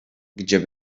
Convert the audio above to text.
gdzie